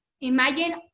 Imagine